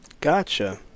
gotcha